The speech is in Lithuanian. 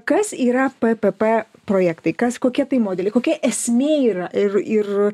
kas yra ppp projektai kas kokie tai modeliai kokia esmė ir ir